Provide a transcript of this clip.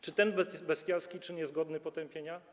Czy ten bestialski czyn jest godny potępienia?